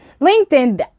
LinkedIn